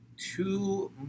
Two